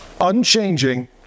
unchanging